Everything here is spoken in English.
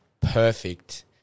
perfect